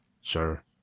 sure